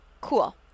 Cool